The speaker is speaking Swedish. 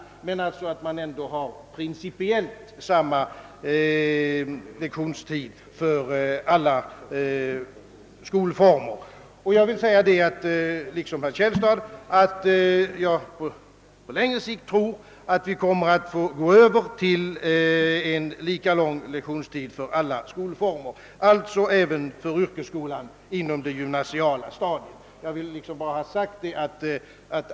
Principiellt blir det ändå samma lektionstid för alla skolformer. Jag tror liksom herr Källstad, att vi på längre sikt kommer att få gå över till samma lektionslängd för alla skolformer, alltså även för yrkesskolan inom det gymnasiala stadiet.